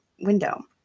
window